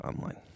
online